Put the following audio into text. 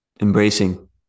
embracing